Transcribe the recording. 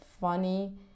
funny